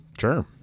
Sure